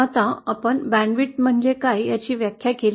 आता आपण बँडविड्थ म्हणजे काय याची व्याख्या केली आहे